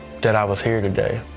that i was here today.